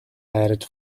added